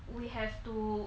we have to